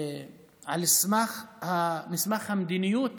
על סמך המדיניות